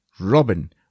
Robin